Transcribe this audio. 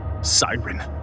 Siren